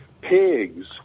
Pigs